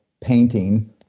painting